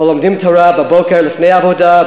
או לומדים תורה בבוקר לפני העבודה,